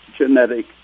genetic